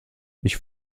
ich